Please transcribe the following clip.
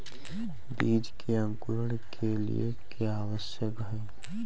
बीज के अंकुरण के लिए क्या आवश्यक है?